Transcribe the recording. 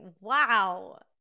wow